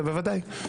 בוודאי.